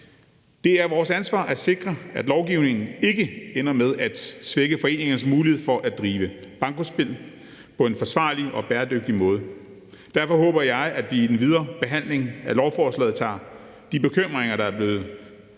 Det er vores ansvar at sikre, at lovgivningen ikke ender med at svække foreningernes mulighed for at drive bankospil på en forsvarlig og bæredygtig måde. Derfor håber jeg, at vi i den videre behandling af lovforslaget tager de bekymringer, der er blevet ytret,